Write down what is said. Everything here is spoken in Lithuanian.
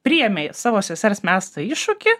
priėmė savo sesers mestą iššūkį